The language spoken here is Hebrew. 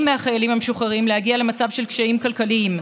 מהחיילים המשוחררים להגיע למצב של קשיים כלכליים.